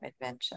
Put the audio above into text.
adventure